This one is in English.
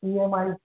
EMI